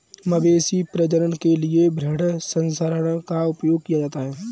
मवेशी प्रजनन के लिए भ्रूण स्थानांतरण का उपयोग किया जाता है